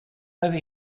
over